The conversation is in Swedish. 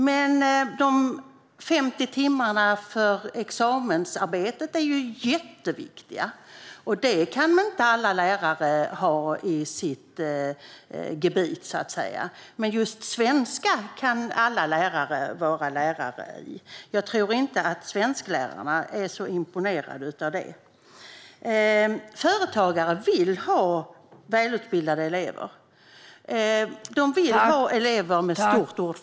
Men de 50 timmarna för examensarbetet är jätteviktiga, och det kan inte alla lärare ha i sitt gebit. Men just svenska kan tydligen alla lärare vara lärare i. Jag tror inte att svensklärarna är så imponerade av det. Företagare vill ha välutbildade elever. De vill ha elever med ett stort ordförråd.